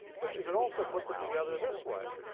but you could also put them together this way.